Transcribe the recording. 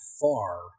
far